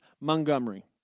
Montgomery